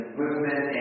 movement